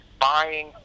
buying